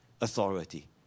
authority